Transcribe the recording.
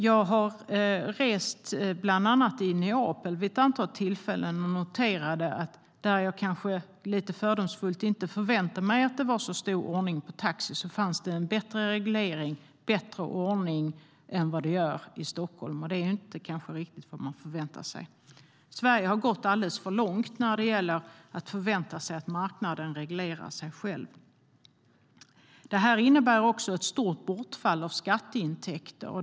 Jag har rest bland annat i Neapel vid ett antal tillfällen och noterade att där jag, kanske lite fördomsfullt, inte förväntade mig att det var så stor ordning på taxi fanns det en bättre reglering och ordning än i Stockholm, och det är kanske inte riktigt vad man förväntar sig. Sverige har gått alldeles för långt i att förvänta sig att marknaden reglerar sig själv. Detta innebär också ett stort bortfall av skatteintäkter.